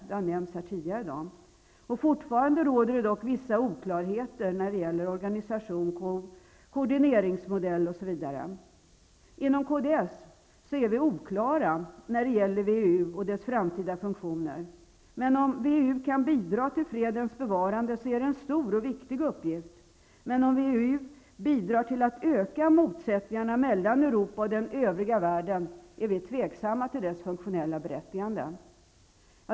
Det har nämnts tidigare här i dag. Fortfarande råder dock vissa oklarheter när det gäller organisation, koordineringsmodell etc. Inom kds har vi fortfarande en viss tveksamhet när det gäller WEU och dess framtida funktioner. Men om WEU kan bidra till fredens bevarande är det en stor och viktig uppgift. Men om WEU bidrar till att öka motsättningarna mellan Europa och den övriga världen är vi tveksamma till dess funktionella berättigande.